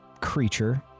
creature